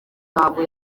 ntabwo